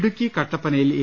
ഇടുക്കി കട്ടപ്പനയിൽ എ